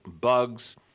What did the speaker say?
bugs